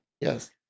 Yes